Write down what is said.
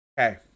okay